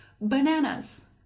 bananas